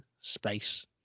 space